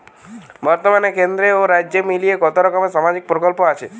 বতর্মানে কেন্দ্র ও রাজ্য মিলিয়ে কতরকম সামাজিক প্রকল্প আছে?